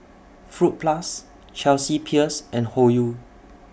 Fruit Plus Chelsea Peers and Hoyu